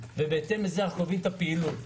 ובהתאם לזה אנחנו קובעים את הפעילות.